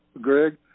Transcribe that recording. Greg